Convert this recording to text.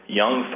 young